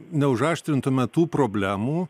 neužaštrintume tų problemų